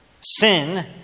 Sin